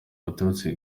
baturutse